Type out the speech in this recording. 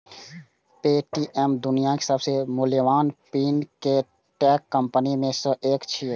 Paytm दुनियाक सबसं मूल्यवान फिनटेक कंपनी मे सं एक छियै